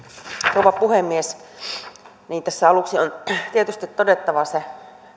rouva puhemies aluksi on tietysti todettava se